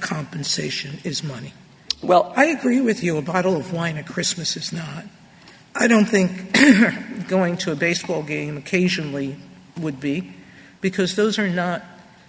compensation is money well i don't agree with you a bottle of wine a christmas is i don't think going to a baseball game occasionally would be because those are not